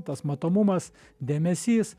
tas matomumas dėmesys